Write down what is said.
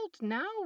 Now